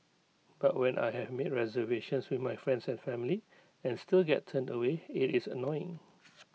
but when I have made reservations with my friends and family and still get turned away IT is annoying